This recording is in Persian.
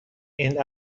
این